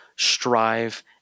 strive